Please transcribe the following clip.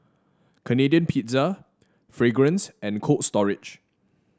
Canadian Pizza Fragrance and Cold Storage